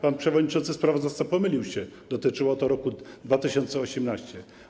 Pan przewodniczący sprawozdawca się pomylił, dotyczyło to roku 2018.